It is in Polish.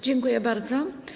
Dziękuję bardzo.